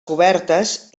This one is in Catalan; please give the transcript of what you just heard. cobertes